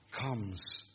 comes